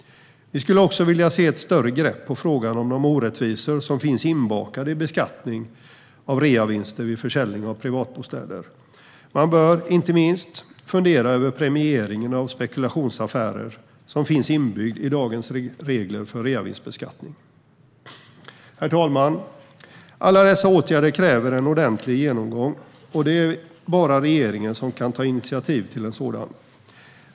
Vi skulle också vilja se ett större grepp på frågan om de orättvisor som finns inbakade i beskattningen av reavinst vid försäljning av privatbostäder. Man bör inte minst fundera över premieringen av spekulationsaffärer som finns inbyggd i dagens regler för reavinstbeskattning. Herr talman! Alla dessa åtgärder kräver en ordentlig genomgång, och det är bara regeringen som kan ta initiativ till en sådan.